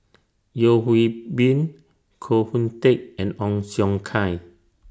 Yeo Hwee Bin Koh Hoon Teck and Ong Siong Kai